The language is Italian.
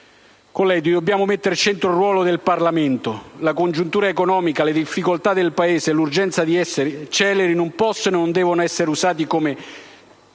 che dobbiamo rimettere al centro il ruolo del Parlamento. La congiuntura economica, le difficoltà del Paese e l'urgenza di essere celeri non possono e non devono essere usate come